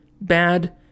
bad